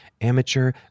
Amateur